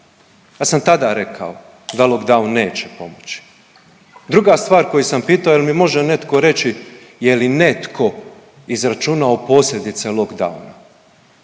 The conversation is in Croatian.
Ja sam tada rekao da lockdown neće pmoći. Druga stvar koju sam pitao jel mi može netko reći je li netko izračunao posljedice lockdowna